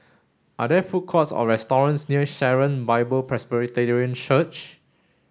are there food courts or restaurants near Sharon Bible Presbyterian Church